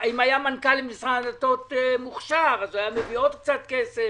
אם היה מנכ"ל מוכשר של משרד הדתות אז הוא היה מביא עוד קצת כסף,